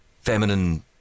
feminine